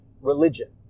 religion